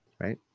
right